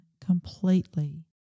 completely